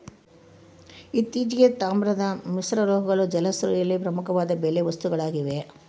ಇತ್ತೀಚೆಗೆ, ತಾಮ್ರದ ಮಿಶ್ರಲೋಹಗಳು ಜಲಕೃಷಿಯಲ್ಲಿ ಪ್ರಮುಖವಾದ ಬಲೆ ವಸ್ತುಗಳಾಗ್ಯವ